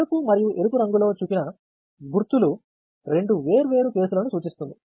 నలుపు మరియు ఎరుపు రంగులో చూపిన గుర్తులు రెండు వేర్వేరు కేసులను సూచిస్తుంది